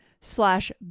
slash